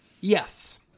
Yes